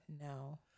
no